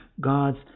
god's